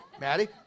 Maddie